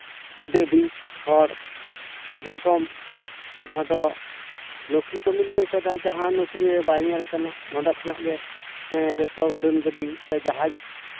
ᱟᱹᱰᱤ ᱟᱹᱰᱤ ᱦᱚᱲ ᱟᱹᱰᱤ ᱨᱚᱠᱚᱢ ᱡᱟᱦᱟᱸ ᱫᱚ ᱱᱩᱠᱨᱤ ᱠᱚ ᱢᱤᱞᱟᱹᱣ ᱟᱠᱟᱫᱟ ᱡᱟᱦᱟᱸ ᱱᱚᱠᱨᱤ ᱨᱮ ᱵᱟᱭ ᱧᱮᱞ ᱟᱠᱟᱱᱟ ᱱᱚᱸᱰᱮ ᱠᱷᱚᱱᱟᱜ ᱜᱮ ᱡᱚᱛᱚ ᱩᱰᱟᱹᱱ ᱜᱟᱹᱰᱤ ᱥᱮ ᱡᱟᱦᱟᱡᱽ